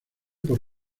por